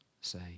say